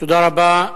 תודה רבה.